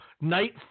night